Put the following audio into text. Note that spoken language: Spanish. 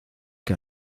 que